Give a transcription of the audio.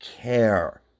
care